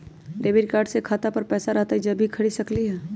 Debit card से खाता पर पैसा रहतई जब ही खरीद सकली ह?